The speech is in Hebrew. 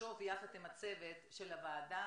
נחשוב יחד עם הצוות של הוועדה